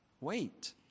Wait